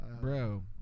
Bro